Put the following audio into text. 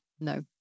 No